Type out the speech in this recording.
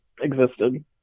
existed